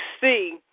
see